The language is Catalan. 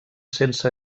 sense